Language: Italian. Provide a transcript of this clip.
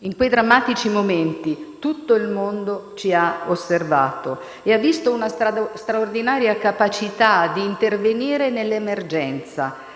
In quei drammatici momenti tutto il mondo ci ha osservato e ha visto una straordinaria capacità di intervenire nell'emergenza.